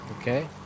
Okay